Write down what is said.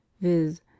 viz